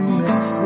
miss